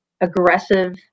aggressive